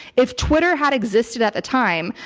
if twitter had existed at the time,